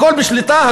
הכול בשליטה,